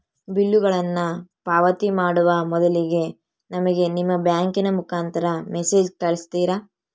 ಬಿಲ್ಲುಗಳನ್ನ ಪಾವತಿ ಮಾಡುವ ಮೊದಲಿಗೆ ನಮಗೆ ನಿಮ್ಮ ಬ್ಯಾಂಕಿನ ಮುಖಾಂತರ ಮೆಸೇಜ್ ಕಳಿಸ್ತಿರಾ?